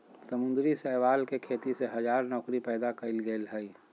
समुद्री शैवाल के खेती से हजार नौकरी पैदा कइल गेल हइ